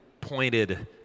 pointed